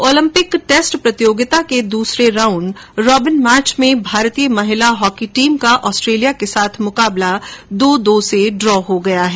Olympic test प्रतियोगिता के दूसरे राउंड रॉबिन मैच में भारतीय महिला हॉकी टीम का ऑस्ट्रेलिया के साथ मुकाबला दो दो से ड्रा हो गया है